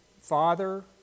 Father